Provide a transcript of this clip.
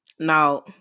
Now